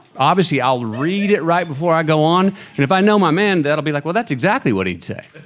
obviously, i'll read it right before i go on and if i know my man that'll be like, well, that's exactly what he'd say.